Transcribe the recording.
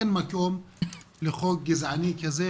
אין מקום לחוק גזעני כזה,